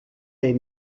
les